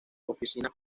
oficinas